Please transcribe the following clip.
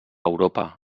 europa